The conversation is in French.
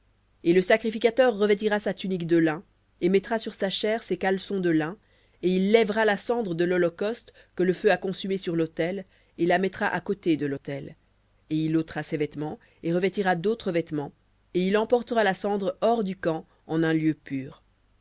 et le sacrificateur revêtira sa tunique de lin et mettra sur sa chair ses caleçons de lin et il lèvera la cendre de l'holocauste que le feu a consumé sur l'autel et la mettra à côté de lautel et il ôtera ses vêtements et revêtira d'autres vêtements et il emportera la cendre hors du camp en un lieu pur